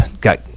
got